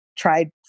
Tried